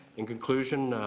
in conclusion,